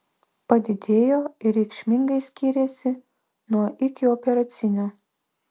padidėjo ir reikšmingai skyrėsi nuo ikioperacinio